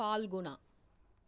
Phalguna